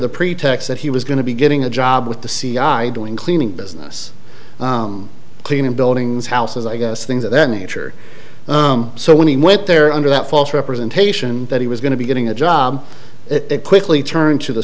the pretext that he was going to be getting a job with the cia doing cleaning business cleaning buildings houses i guess things of that nature so when he went there under that false representation that he was going to be getting a job it quickly turned to the